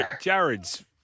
Jared's